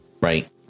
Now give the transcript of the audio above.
right